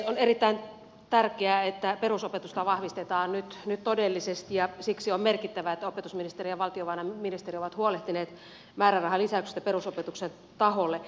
on erittäin tärkeää että perusopetusta vahvistetaan nyt todellisesti ja siksi on merkittävää että opetusministeri ja valtiovarainministeri ovat huolehtineet määrärahalisäyksestä perusopetuksen taholle